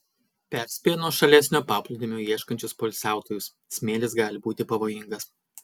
perspėja nuošalesnio paplūdimio ieškančius poilsiautojus smėlis gali būti pavojingas